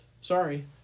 sorry